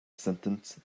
sentence